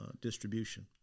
distribution